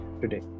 today